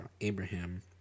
Abraham